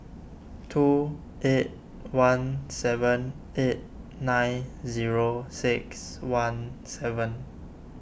two eight one seven eight nine zero six one seven